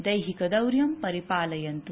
दैहिक दौर्यं परिपालयन्तु